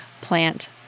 plant